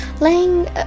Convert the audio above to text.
laying